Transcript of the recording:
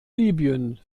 libyen